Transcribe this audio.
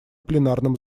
пленарном